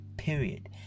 Period